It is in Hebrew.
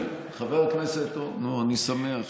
כן, חבר הכנסת, טוב, נו, אני שמח שהינה,